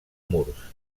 murs